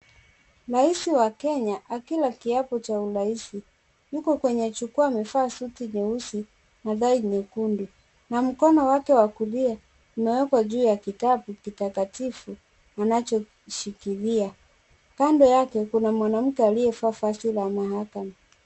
Rias wa Kenya akila kiapo cha urais. Yuko kwenye jukwaa amevaa suti nyeusi na tai nyekundu. Na mkono wake wa kulia umeekwa kwa kitabu kitakatifu anachoshikilia. Kando yake kuna mwanamke aliyevaa vazi la mahakama.